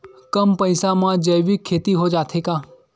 कम पईसा मा जैविक खेती हो जाथे का?